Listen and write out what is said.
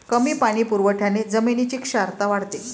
कमी पाणी पुरवठ्याने जमिनीची क्षारता वाढते